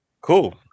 Cool